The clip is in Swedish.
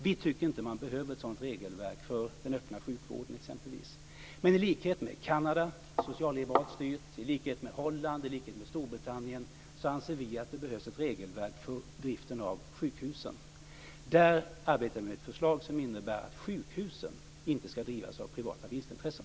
Vi tycker inte att man behöver ett sådant regelverk för den öppna sjukvården. I likhet med Kanada, socialliberalt styrt, i likhet med Holland och Storbritannien, anser vi att det behövs ett regelverk för driften av sjukhusen. Där arbetar vi med ett förslag som innebär att sjukhusen inte ska drivas av privata vinstintressen.